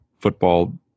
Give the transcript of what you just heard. football